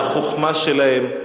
מהחוכמה שלהם.